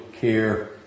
care